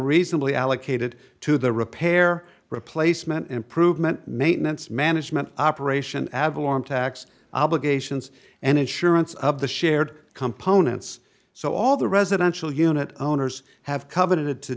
reasonably allocated to the repair replacement improvement maintenance management operation avalon tax obligations and insurance of the shared components so all the residential unit owners have covenanted to